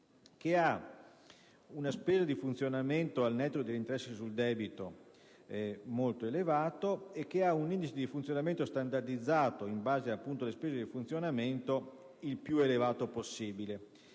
che ha una spesa di funzionamento al netto degli interessi sul debito molto elevata, ed un indice di funzionamento standardizzato in base alle spese di funzionamento il più elevato possibile